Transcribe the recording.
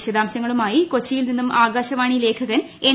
വിശദാംശങ്ങളുമായി കൊച്ചിയിൽ നിന്നും ആകാശവാണി ലേഖകൻ എൻ